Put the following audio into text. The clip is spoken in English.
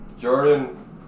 Jordan